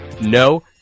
No